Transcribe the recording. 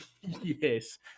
yes